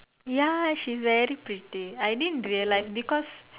ya she's very pretty I didn't realize because